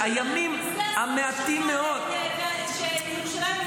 לימור, זה בדיוק מה שאני אומר.